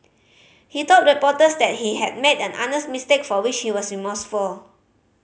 he told reporters that he had made an honest mistake for which he was remorseful